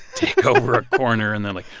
take over a corner, and they're like,